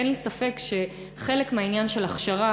אין לי ספק שחלק מהעניין של ההכשרה